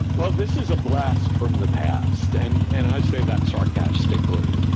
well, this is a blast from the past, and and i say that sarcastically,